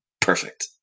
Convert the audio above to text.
perfect